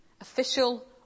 official